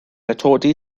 atodi